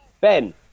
Ben